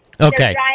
Okay